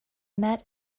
met